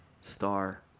Star